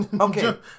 Okay